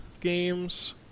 games